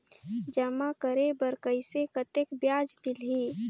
जमा करे बर कइसे कतेक ब्याज मिलही?